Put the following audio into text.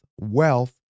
wealth